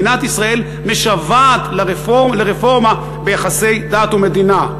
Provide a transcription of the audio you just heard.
מדינת ישראל משוועת לרפורמה ביחסי דת ומדינה.